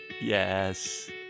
Yes